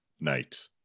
night